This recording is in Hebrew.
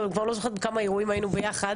אני כבר לא זוכרת בכמה אירועים היינו ביחד.